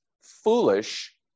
foolish